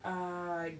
uh